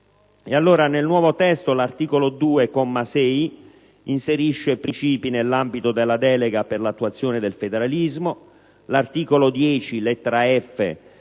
Nel nuovo testo, l'articolo 2, comma 6, inserisce pertanto principi nell'ambito della delega per l'attuazione del federalismo; l'articolo 10, comma 2,